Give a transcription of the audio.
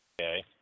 okay